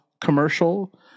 commercial